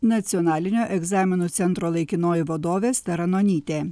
nacionalinio egzaminų centro laikinoji vadovė asta ranonytė